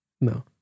No